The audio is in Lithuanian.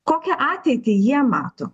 kokią ateitį jie mato